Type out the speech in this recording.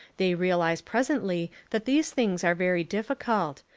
they realise presently that these things are very difficult,